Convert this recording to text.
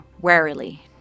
warily